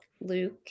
Luke